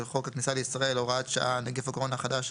חוק הכניסה לישראל (הוראת שעה נגיף הקורונה החדש),